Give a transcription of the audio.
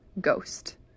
ghost